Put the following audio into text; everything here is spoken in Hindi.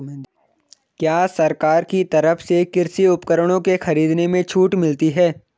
क्या सरकार की तरफ से कृषि उपकरणों के खरीदने में छूट मिलती है?